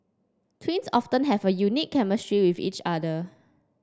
twins often have a unique chemistry with each other